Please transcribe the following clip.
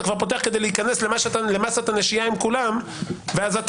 אתה פותח כדי להיכנס למסת הנשייה עם כולם ואז אתה